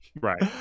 Right